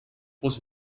was